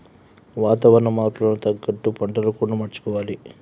వాతావరణ మార్పులకు తగ్గట్టు పంటలను కూడా మార్చుకోవాలి